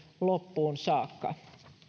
loppuun saakka